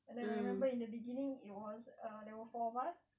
and then I remember in the beginning it was ah there were four of us